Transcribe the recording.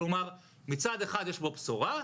כלומר מצד אחד יש בו בשורה,